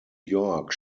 york